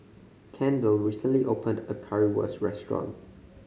Kendell recently opened a Currywurst restaurant